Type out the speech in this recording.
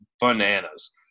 bananas